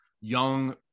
young